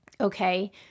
okay